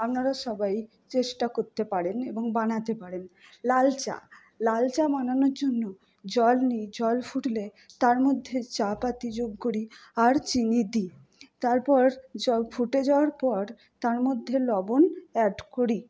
আপনারা সবাই চেষ্টা করতে পারেন এবং বানাতে পারেন লাল চা লাল চা বানানোর জন্য জল নিয়ে জল ফুটলে তার মধ্যে চা পাতা যোগ করি আর চিনি দিই তারপর জল ফুটে যাওয়ার পর তার মধ্যে লবণ অ্যাড করি